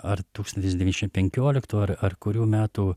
ar tūkstantis devyšimt penkioliktų ar ar kurių metų